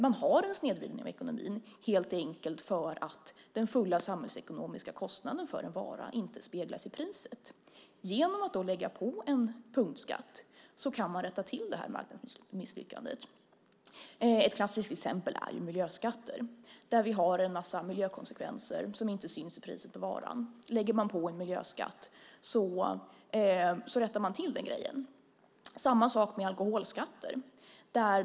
Man har en snedvridning av ekonomin helt enkelt för att den fulla samhällsekonomiska kostnaden för en vara inte speglas i priset. Genom att då lägga på en punktskatt kan man rätta till det här marknadsmisslyckandet. Ett klassiskt exempel är miljöskatter. Där har vi en mängd miljökonsekvenser som inte syns i priset på varan. Lägger vi på en miljöskatt rättar vi till den grejen. Samma sak gäller alkoholskatter.